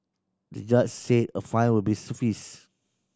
the judge said a fine will suffice